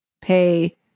pay